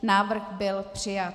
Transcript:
Návrh byl přijat.